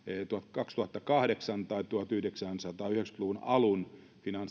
kaksituhattakahdeksan tai tuhatyhdeksänsataayhdeksänkymmentä luvun alun